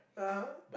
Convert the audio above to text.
(uh huh)